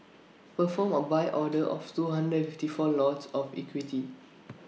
perform A buy order of two hundred and fifty four lots of equity